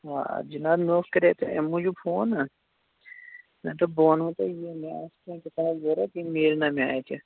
آ جِناب مےٚ اوس کَرے تۅہہِ اَمہِ موٗجوٗب فون نا مےٚ دوٚپ بہٕ وَنہو تۄہہِ یہِ مےٚ آسہٕ کیٚنٛہہ کِتابہٕ ضروٗرت یِم میلہِ نا مےٚ اَتہِ